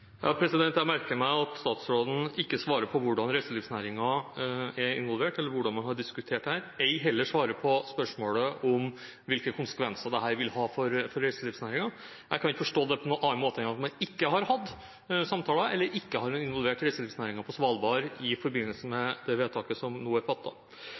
Jeg merker meg at statsråden ikke svarer på hvordan reiselivsnæringen er involvert, eller hvordan man har diskutert dette, og ei heller svarer på spørsmålet om hvilke konsekvenser dette vil ha for reiselivsnæringen. Jeg kan ikke forstå det på noen annen måte enn at man ikke har hatt samtaler eller ikke har involvert reiselivsnæringen på Svalbard i forbindelse med det vedtaket som nå er